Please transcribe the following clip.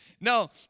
no